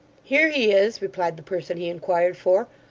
here he is replied the person he inquired for.